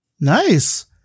Nice